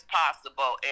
possible